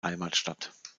heimatstadt